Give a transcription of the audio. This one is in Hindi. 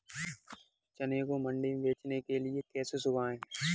चने को मंडी में बेचने के लिए कैसे सुखाएँ?